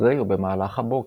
אחרי או במהלך הבוקר.